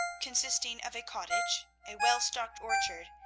consisting of a cottage, a well-stocked orchard,